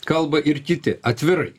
kalba ir kiti atvirai